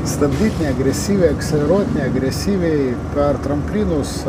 stabdyt neagresyviai akseleruot neagresyviai per tramplynus